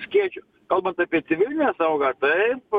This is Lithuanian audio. skėčiu kalbant apie civilinę saugą taip